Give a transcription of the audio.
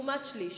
לעומת שליש.